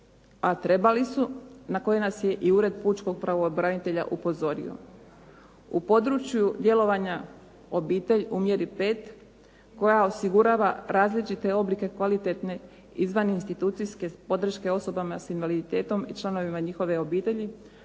trebali su na koji nas je i ured pučkog pravobranitelja upozorio. U području djelovanja obitelj u mjeritet koja osigurava različite oblike kvalitetne izvaninstitucijske podrške osobama s invaliditetom i članovima njihove obitelji